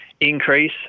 increase